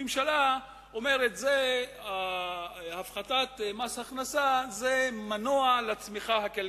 הממשלה אומרת: הפחתת מס הכנסה זה מנוע לצמיחה הכלכלית.